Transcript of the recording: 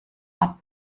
art